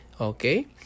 okay